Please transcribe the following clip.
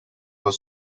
were